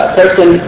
person